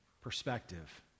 perspective